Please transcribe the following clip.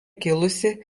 kilusi